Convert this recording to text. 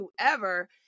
whoever